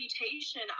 Reputation